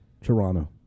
Toronto